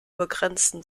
begrenzten